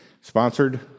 sponsored